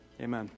Amen